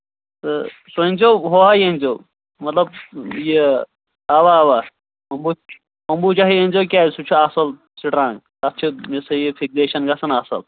تہٕ سُہ أنۍزیو ہوے أنۍزیو مطلب یہِ اَوا اَوا اَمبوٗجاہٕے أنۍزیو کیٛازِ سُہ چھُ اَصٕل سٕٹرٛانٛگ تَتھ چھِ یہِ سا یہِ فِکزیشَن گژھان اَصٕل